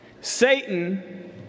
Satan